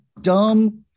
dumb